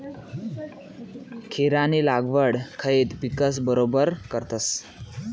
खीरानी लागवड झैद पिकस बरोबर करतस